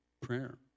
prayer